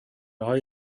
های